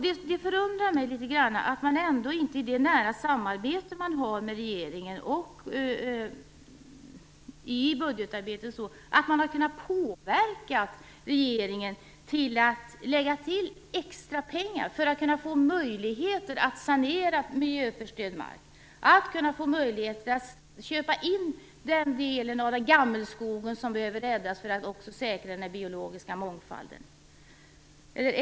Det förundrar mig litet grand att man inte, med tanke på det nära samarbete man har med regeringen bl.a. när det gäller budgetarbetet, har kunnat påverka regeringen att lägga till extrapengar för att kunna få möjlighet att sanera miljöförstörd mark och köpa in den del av gammelskogen som behöver räddas för att den biologiska mångfalden skall säkras.